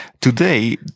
today